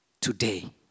today